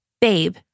babe